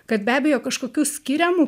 kad be abejo kažkokių skiriamų